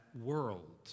world